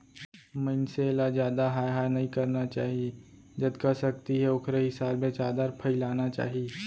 मनसे ल जादा हाय हाय नइ करना चाही जतका सक्ति हे ओखरे हिसाब ले चादर फइलाना चाही